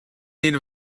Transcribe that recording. need